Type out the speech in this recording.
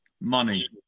money